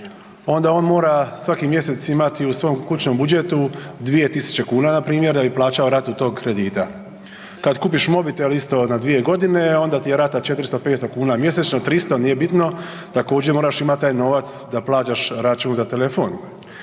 onda on mora svaki mjesec imati u svom kućnom budžetu 2.000 kuna npr. da bi plaćao ratu tog kredita, kad kupiš mobitel isto na 2 godine onda ti je rata 400-500 kuna mjesečno, 300, nije bitno također moraš imati taj novac da plaćaš račun za telefon.